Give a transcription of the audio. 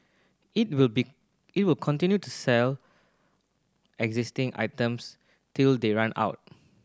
it will be it will continue to sell existing items till they run out